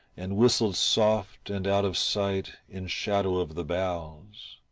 and whistled soft and out of sight in shadow of the boughs.